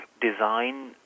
design